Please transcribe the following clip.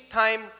time